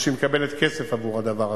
מפני שהיא מקבלת כסף עבור הדבר הזה.